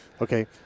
Okay